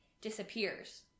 disappears